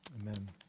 Amen